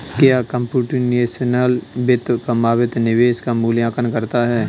क्या कंप्यूटेशनल वित्त संभावित निवेश का मूल्यांकन करता है?